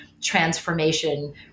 transformation